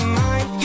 mind